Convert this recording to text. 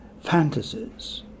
fantasies